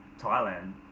Thailand